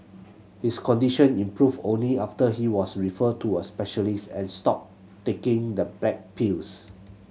his condition improved only after he was referred to a specialist and stopped taking the black pills